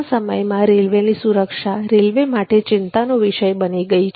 આજના સમયમાં રેલ્વેની સુરક્ષા રેલવે માટે ચિંતાનો વિષય બની છે